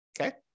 Okay